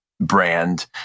brand